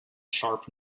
sharp